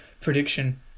prediction